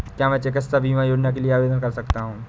क्या मैं चिकित्सा बीमा योजना के लिए आवेदन कर सकता हूँ?